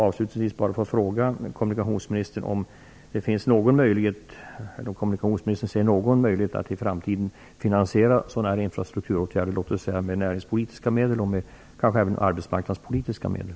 Avslutningsvis kanske jag får fråga kommunikationsministern om det finns någon möjlighet att i framtiden finansiera sådana här infrastrukturåtgärder med näringspolitiska och kanske även arbetsmarknadspolitiska medel.